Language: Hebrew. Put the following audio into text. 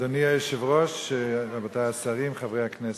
אדוני היושב-ראש, רבותי השרים, חברי הכנסת,